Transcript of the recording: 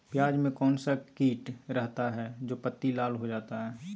प्याज में कौन सा किट रहता है? जो पत्ती लाल हो जाता हैं